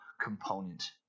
component